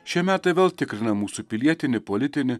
šie metai vėl tikrina mūsų pilietinį politinį